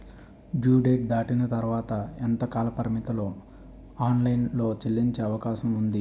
Due date దాటిన తర్వాత ఎంత కాలపరిమితిలో ఆన్ లైన్ లో చెల్లించే అవకాశం వుంది?